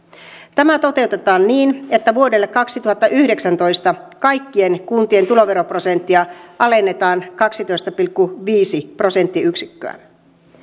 tämä toteutetaan niin että vuodelle kaksituhattayhdeksäntoista kaikkien kuntien tuloveroprosenttia alennetaan kaksitoista pilkku viisi prosenttiyksikköä